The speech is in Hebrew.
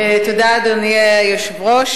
אדוני היושב-ראש,